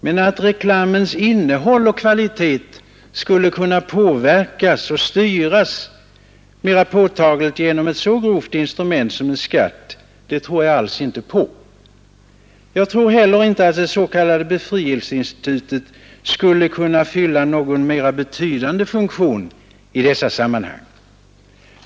Men att reklamens innehåll och kvalitet skulle kunna påverkas och styras mera påtagligt genom ett så grovt instrument som en skatt tror jag alls inte på. Jag tror heller inte att det s.k. befrielseinstitutet skulle kunna fylla någon mer betydande funktion i detta sammanhang.